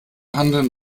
handeln